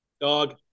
dog